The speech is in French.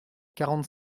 quarante